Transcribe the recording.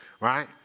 right